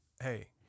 Hey